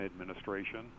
administration